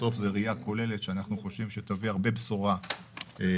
בסוף זו ראייה כוללת שאנחנו חושבים שתביא הרבה בשורה למשק.